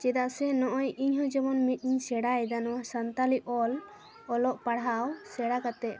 ᱪᱮᱫᱟᱜ ᱥᱮ ᱱᱚᱜ ᱚᱭ ᱤᱧᱦᱚᱸ ᱡᱮᱢᱚᱱ ᱢᱤᱫ ᱤᱧ ᱥᱮᱬᱟᱭᱮᱫᱟ ᱱᱚᱣᱟ ᱥᱟᱱᱛᱟᱞᱤ ᱚᱞ ᱚᱞᱚᱜ ᱯᱟᱲᱦᱟᱣ ᱥᱮᱬᱟ ᱠᱟᱛᱮᱫ